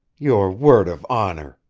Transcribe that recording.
your word of honor!